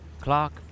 Clark